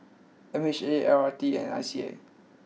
M H A L R T and I C A